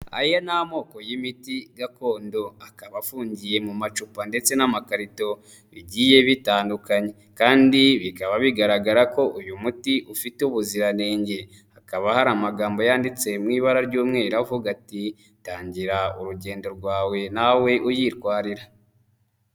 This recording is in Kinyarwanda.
Aya ni amoko y'imiti gakondo akaba afungiye mu macupa ndetse n'amakarito bigiye bitandukanye kandi bikaba bigaragara ko uyu muti ufite ubuziranenge, hakaba hari amagambo yanditse mi ibara ry'umweru avuga ati: "Tangira urugendo rwawe nawe uyitwarira."